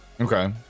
Okay